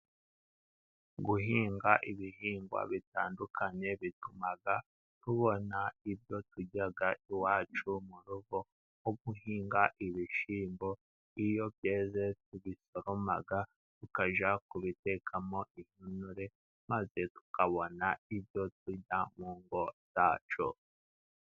Guhinga ibihingwa bitandukanye bituma tubona ibyo turya iwacu mu rugo, nko guhinga ibishyimbo iyo byeze tubisoroma tukajya kubitekamo intonore, maze tukabona ibyo turya mu ngo zacu.